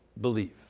believe